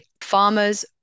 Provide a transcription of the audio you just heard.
Farmers